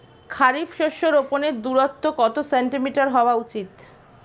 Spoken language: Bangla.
খারিফ শস্য রোপনের দূরত্ব কত সেন্টিমিটার হওয়া উচিৎ?